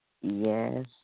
yes